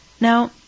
Now